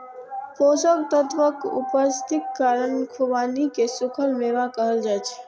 पोषक तत्वक उपस्थितिक कारण खुबानी कें सूखल मेवा कहल जाइ छै